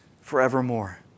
forevermore